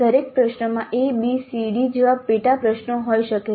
દરેક પ્રશ્નમાં a b c d જેવા પેટા પ્રશ્નો હોઈ શકે છે